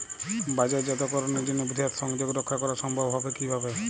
বাজারজাতকরণের জন্য বৃহৎ সংযোগ রক্ষা করা সম্ভব হবে কিভাবে?